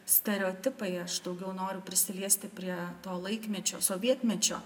stereotipai aš daugiau noriu prisiliesti prie to laikmečio sovietmečio